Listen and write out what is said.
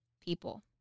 people